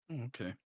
okay